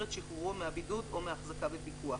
את שחרורו מהבידוד או מההחזקה בפיקוח.".